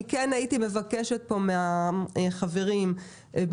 אני כן הייתי מבקשת פה מהחברים במשרדים